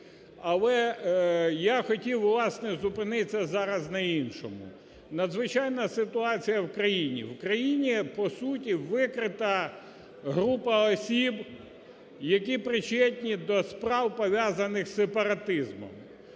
Але я хотів, власне, зупинитися зараз на іншому. Надзвичайна ситуація в країні. В країні, по суті, викрита група осіб, які причетні до справ, пов'язаних із сепаратизмом.